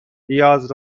پیاز